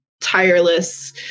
tireless